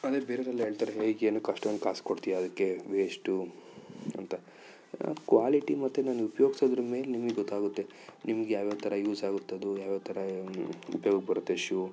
ಅದೇ ಬೇರೆವ್ರೆಲ್ಲ ಹೇಳ್ತಾರೆ ಹೇ ಏನಕ್ಕೆ ಅಷ್ಟೊಂದು ಕಾಸು ಕೊಡ್ತೀಯ ಅದಕ್ಕೆ ವೇಸ್ಟು ಅಂತ ಕ್ವಾಲಿಟಿ ಮತ್ತು ನಾನು ಉಪಯೋಗ್ಸುದ್ರ ಮೇಲೆ ನಿಮಗೆ ಗೊತ್ತಾಗುತ್ತೆ ನಿಮಗೆ ಯಾವ್ಯಾವ ಥರ ಯೂಸ್ ಆಗುತ್ತೆ ಅದು ಯಾವ್ಯಾವ ಥರ ಉಪ್ಯೋಗಕ್ಕೆ ಬರುತ್ತೆ ಶೂ